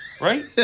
Right